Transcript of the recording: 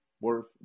worth